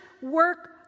work